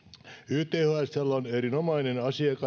ythsllä on erinomainen